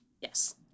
Yes